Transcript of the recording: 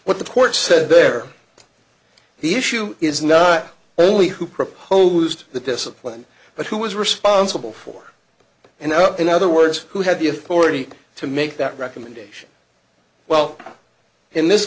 what the court said there the issue is not only who proposed the discipline but who was responsible for and in other words who had the authority to make that recommendation well in this